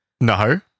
No